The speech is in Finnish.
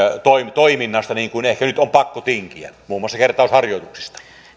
toiminnasta niin kuin ehkä nyt on pakko tinkiä muun muassa kertausharjoituksista